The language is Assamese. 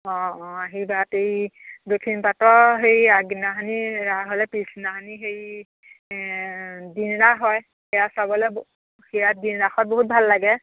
অঁ অঁ আহিবাট এই দক্ষিণ পাতৰ সেই আগদিনাখনি ৰাস হ'লে পিছদিনাখনি সেই দিন ৰাস হয় সেয়া চাবলৈ ব সেয়া দিন ৰাসত বহুত ভাল লাগে